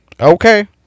okay